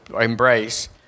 embrace